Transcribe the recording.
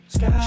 Sky